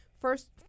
first